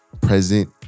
present